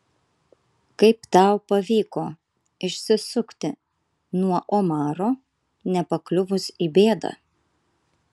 kaip tau pavyko išsisukti nuo omaro nepakliuvus į bėdą